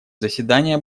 заседания